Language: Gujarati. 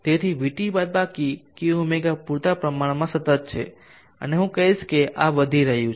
તેથી vt બાદબાકી kω પૂરતા પ્રમાણમાં સતત છે અને હું કહીશ કે આ વધી રહ્યું છે